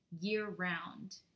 year-round